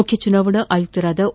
ಮುಖ್ಯ ಚುನಾವಣಾ ಆಯುಕ್ತ ಒ